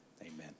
Amen